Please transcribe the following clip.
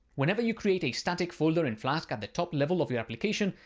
whenever you create a static folder in flask at the top level of your application,